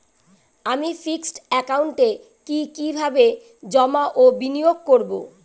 আমি ফিক্সড একাউন্টে কি কিভাবে জমা ও বিনিয়োগ করব?